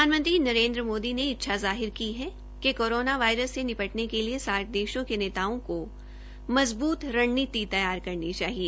प्रधानमंत्री नरेन्द्र मोदी ने इच्छा जाहिर की है कि कोरोना वायरस से निपटने के लिए सार्क देशों के नेताओं को मजबूत रणनीति तैयार करनी चाहिए